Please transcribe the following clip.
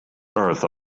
earth